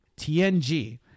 TNG